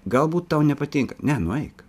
galbūt tau nepatinka ne nueik